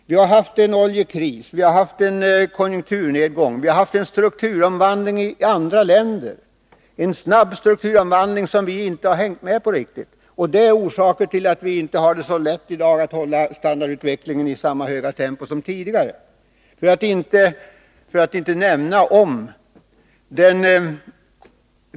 Vi har haft en oljekris, en konjunkturnedgång och en snabb strukturomvandling i andra länder, vilken vi inte riktigt kunnat följa medi. Det är orsaken till att vi i dag inte kan driva fram standardutvecklingen i samma höga tempo som tidigare.